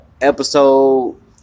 episode